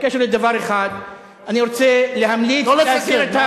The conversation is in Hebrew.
בקשר לדבר אחד אני רוצה להמליץ, לא לסכם.